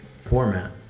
format